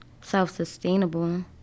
self-sustainable